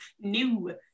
new